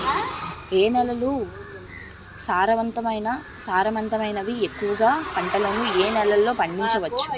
ఏ నేలలు సారవంతమైనవి? ఎక్కువ గా పంటలను ఏ నేలల్లో పండించ వచ్చు?